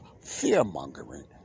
fear-mongering